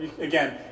Again